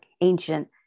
ancient